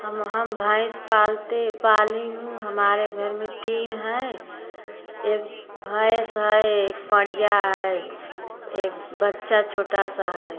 हम हम भैस पालते पाली हूँ हमारे घर में तीन है एक भैंस है एक पड़िया है एक बच्चा छोटा सा है